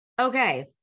okay